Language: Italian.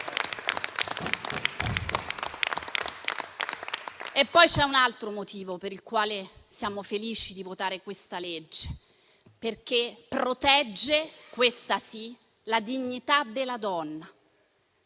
C'è un altro motivo per il quale siamo felici di votare questo disegno di legge: perché protegge - questa sì - la dignità della donna.